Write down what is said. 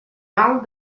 mal